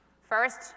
First